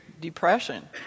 depression